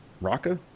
Raka